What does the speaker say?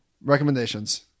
Recommendations